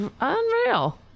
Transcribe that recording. Unreal